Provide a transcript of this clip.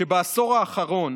שבעשור האחרון